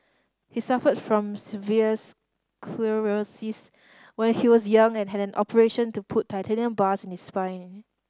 he suffered from severe sclerosis when he was young and had an operation to put titanium bars in his spine